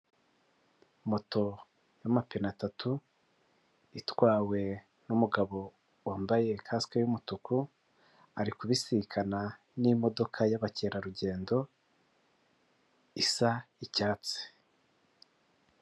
Moto yamapine atatu itwawe n'umugabo wambaye kasike y'umutuku, ari kubisikana n'imodoka y'abakerarugendo isa icyatsi.